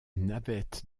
navette